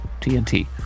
TNT